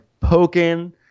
poking